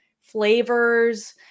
flavors